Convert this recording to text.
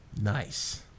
Nice